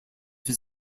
his